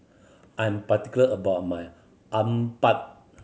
I'm particular about my